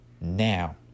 Now